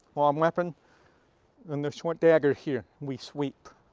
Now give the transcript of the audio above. long weapon then the short dagger here. we sweep.